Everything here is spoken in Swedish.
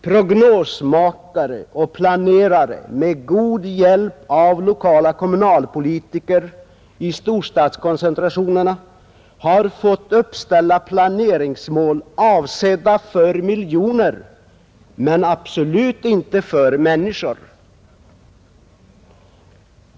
Prognosmakare och planerare, med god hjälp av lokala kommunalpolitiker i storstadskoncentrationerna har fått ställa upp planeringsmål avsedda för miljoner men absolut inte för människor.